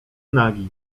nagi